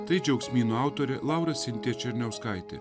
tai džiaugsmynų autorė laura sintija černiauskaitė